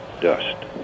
dust